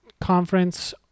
conference